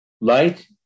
Light